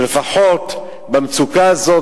שלפחות במצוקה הזאת,